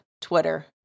Twitter